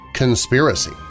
Conspiracy